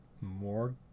more